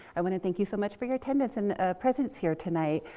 i want to thank you so much for your attendance and presence here tonight.